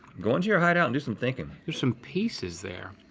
go into your hideout and do some thinking. there's some pieces there.